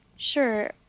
Sure